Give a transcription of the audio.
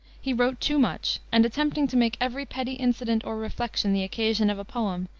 he wrote too much, and, attempting to make every petty incident or reflection the occasion of a poem,